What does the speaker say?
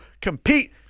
compete